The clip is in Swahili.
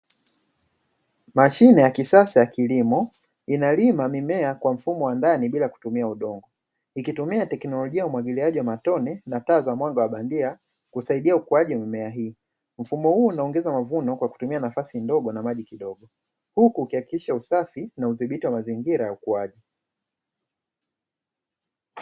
Mashine ya kisasa ya kilimo, inalima mimea kwa mfumo wa ndani bila kutumia udongo. Ikitumia teknolojia ya umwagiliaji wa matone na taa za mwanga bandia, kusaidia ukuaji wa mimea hii. mfumo huu unaongeza mavuno kwa kutumia nafasi ndogo na maji kidogo, Huku ikihakikisha usafi na udhibiti wa mazingira ya ukuaji.